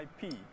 IP